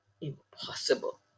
impossible